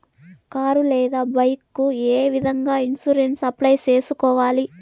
car లేదా bike ఏ విధంగా ఇన్సూరెన్సు అప్లై సేసుకోవాలి